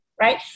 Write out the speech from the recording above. right